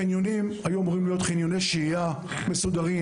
היו אמורים להיות חניוני שהייה מסודרים,